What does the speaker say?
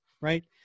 right